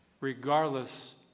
regardless